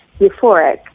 euphoric